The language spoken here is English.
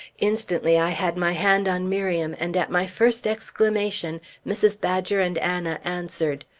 instantly i had my hand on miriam, and at my first exclamation, mrs. badger and anna answered.